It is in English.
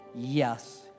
yes